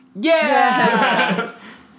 Yes